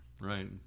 Right